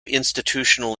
institutional